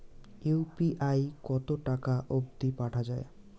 UPI কতো টাকা অব্দি পাঠা যায়?